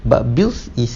but bills is